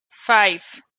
five